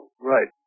Right